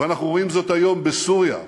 ואנחנו רואים זאת היום בסוריה ובעיראק,